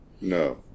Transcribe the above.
No